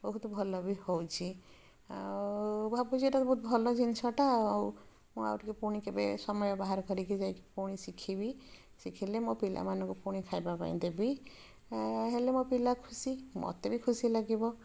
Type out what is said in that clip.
ବହୁତ ଭଲ ବି ହେଉଛି ଆଉ ଭାବୁଛି ଏଇଟା ବି ବହୁତ ଭଲ ଜିନିଷଟା ଆଉ ମୁଁ ଟିକେ ପୁଣି କେବେ ସମୟ ବାହାର କରିକି ଯାଇକି ପୁଣି ଶିଖିବି ଶିଖିଲେ ମୋ ପିଲାମାନଙ୍କୁ ପୁଣି ଖାଇବା ପାଇଁ ଦେବି ହେଲେ ମୋ ପିଲା ଖୁସି ମୋତେ ବି ଖୁସି ଲାଗିବ